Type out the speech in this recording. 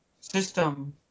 system